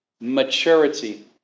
Maturity